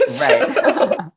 Right